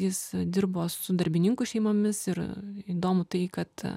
jis dirbo su darbininkų šeimomis ir įdomu tai kad